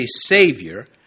Savior